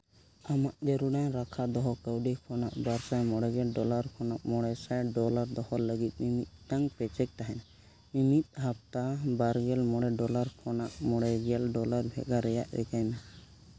ᱟᱢᱟᱜ ᱡᱟᱹᱨᱩᱲᱟᱱ ᱨᱟᱠᱷᱟ ᱫᱚᱦᱚ ᱠᱟᱹᱣᱰᱤ ᱠᱷᱚᱱᱟᱜ ᱵᱟᱨ ᱥᱟᱭ ᱢᱚᱬᱮ ᱜᱮᱞ ᱰᱚᱞᱟᱨ ᱠᱷᱚᱱᱟᱜ ᱢᱚᱬᱮ ᱥᱟᱭ ᱰᱚᱞᱟᱨ ᱫᱚᱦᱚ ᱞᱟᱹᱜᱤᱫ ᱢᱤᱼᱢᱤᱫᱴᱟᱝ ᱯᱮᱠᱮᱴ ᱛᱟᱦᱮᱱᱟ ᱢᱤᱼᱢᱤᱫ ᱦᱟᱯᱛᱟ ᱵᱟᱨ ᱜᱮᱞ ᱢᱚᱬᱮ ᱰᱚᱞᱟᱨ ᱠᱷᱚᱱᱟᱜ ᱢᱚᱬᱮ ᱜᱮᱞ ᱰᱚᱞᱟᱨ ᱵᱷᱮᱜᱟᱨ ᱨᱮᱭᱟᱜ ᱨᱤᱠᱟᱹᱭ ᱢᱮ